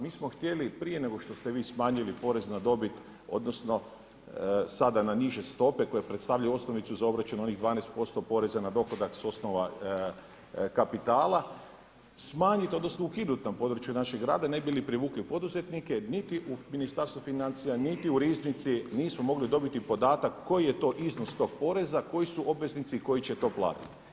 Mi smo htjeli prije nego što ste vi smanjili porez na dobit odnosno sada na niže stope koje predstavljaju osnovicu za obračun onih 12% poreza na dohodak s osnova kapitala, smanjiti odnosno ukinuti na području našeg rada ne bi li privukli poduzetnike jer niti u Ministarstvu financija niti u Riznici nismo mogli dobiti podatak koji je to iznos tog poreza koji su obveznici i koji će to platiti.